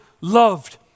loved